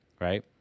right